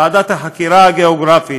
ועדת החקירה הגיאוגרפית